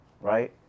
right